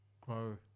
grow